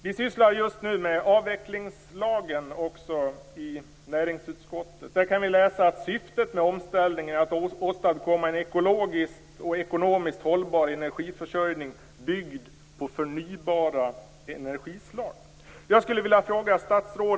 Vi sysslar just nu med avvecklingslagen i näringsutskottet, och där kan vi läsa att syftet med omställningen är att åstadkomma en ekologiskt och ekonomiskt hållbar energiförsörjning, byggd på förnybara energislag.